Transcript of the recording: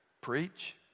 Preach